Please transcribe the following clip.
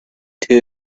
two